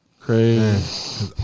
Crazy